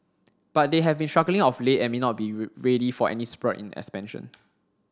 but they have been struggling of late and may not be ready for any spurt in expansion